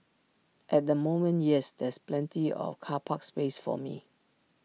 at the moment yes there's plenty of car park space for me